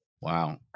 Wow